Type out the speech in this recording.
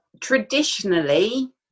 traditionally